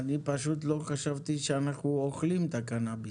אני פשוט לא חשבתי שאנחנו אוכלים את הקנביס.